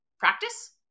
practice